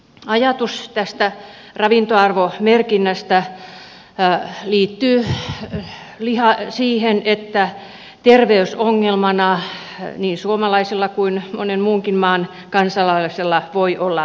ajatus tästä ravintoarvomerkinnästä liittyy siihen että terveysongelmana niin suomalaisilla kuin monen muunkin maan kansalaisilla voi olla lihavuus